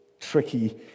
tricky